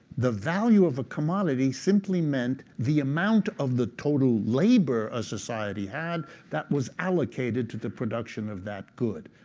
the value of a commodity simply meant the amount of the total labor a society had that was allocated to the production of that good.